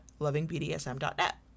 LovingBDSM.net